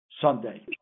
Sunday